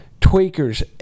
tweakers